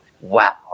wow